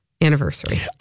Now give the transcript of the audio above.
anniversary